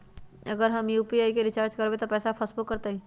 अगर हम यू.पी.आई से रिचार्ज करबै त पैसा फसबो करतई?